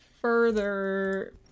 further